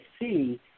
see